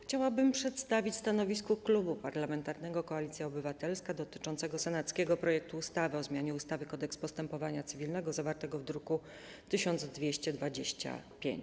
Chciałabym przedstawić stanowisko Klubu Parlamentarnego Koalicja Obywatelska dotyczące senackiego projektu ustawy o zmianie ustawy - Kodeks postępowania cywilnego, zawartego w druku nr 1225.